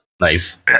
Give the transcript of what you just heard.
Nice